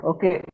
Okay